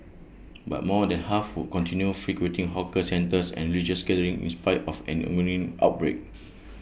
but more than half would continue frequenting hawker centres and religious gatherings in spite of an ongoing outbreak